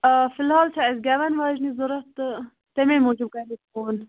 آ فِلحال چھِ اَسہِ گٮ۪وَن واجیٚنۍ ضروٗرت تہٕ تَمے موٗجوٗب کرے فون